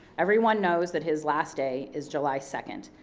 everyone knows that his last day is july second.